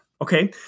Okay